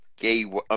gay